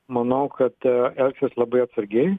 manau kad elgsis labai atsargiai